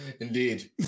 Indeed